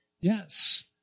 yes